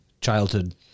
childhood